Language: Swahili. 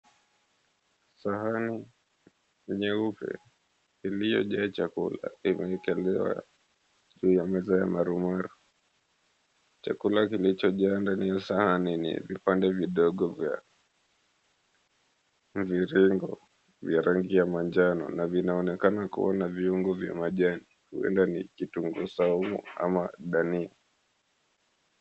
Sahani nyeupe iliyojaa chakula imewekelewa juu ya meza ya marumaru. Chakula kilicho jaa ndani ya sahani yenye vipande vidogo vya mviringo vya rangi ya manjano na vinaonekana kuwa na viungo vya majani uenda ni kitungu saumu ama dania.